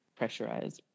pressurize